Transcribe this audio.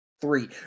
Three